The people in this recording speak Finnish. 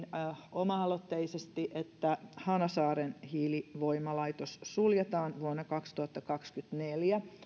oma aloitteisesti että hanasaaren hiilivoimalaitos suljetaan vuonna kaksituhattakaksikymmentäneljä